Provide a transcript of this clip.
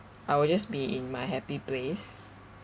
I will just be in my happy place